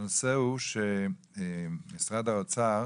הנושא הוא שמשרד האוצר